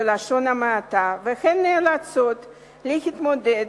בלשון המעטה, והן נאלצות להתמודד